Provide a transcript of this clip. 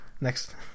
next